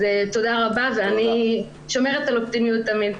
תודה רבה, ואני שומרת על אופטימיות תמיד.